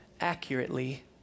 accurately